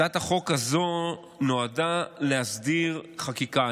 הצעת החוק הזו נועדה להסדיר חקיקה.